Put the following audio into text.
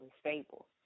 stable